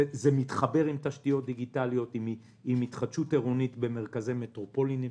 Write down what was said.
זה מתחבר עם תשתיות דיגיטליות עם התחדשות עירונית במרכזי מטרופולין.